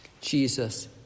Jesus